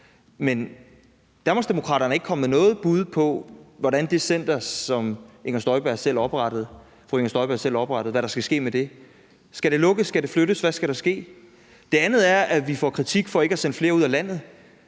Men Danmarksdemokraterne er ikke kommet med noget bud på, hvad der skal ske med det center, som fru Inger Støjberg selv oprettede. Skal det lukkes? Skal det flyttes? Hvad skal der ske? Det andet er, at vi får kritik for ikke at sende flere ud af landet.